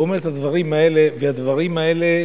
ואומר את הדברים האלה, והדברים האלה